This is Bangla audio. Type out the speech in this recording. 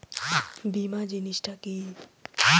বীমা জিনিস টা কি?